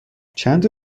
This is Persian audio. چندتا